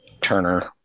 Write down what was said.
Turner